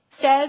says